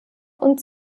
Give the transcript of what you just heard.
und